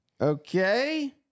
Okay